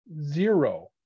zero